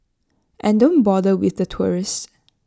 and don't bother with the tourists